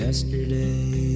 Yesterday